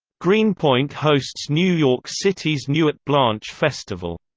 greenpoint hosts new york city's nuit blanche festival.